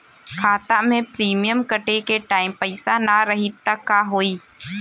खाता मे प्रीमियम कटे के टाइम पैसा ना रही त का होई?